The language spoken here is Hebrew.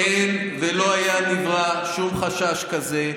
אין ולא היה ולא נברא שום חשש כזה.